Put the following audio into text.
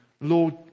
Lord